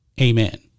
amen